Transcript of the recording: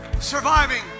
Surviving